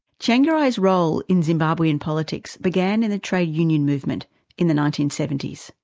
tsvangirai's role in zimbabwean politics began in the trade union movement in the nineteen seventy s.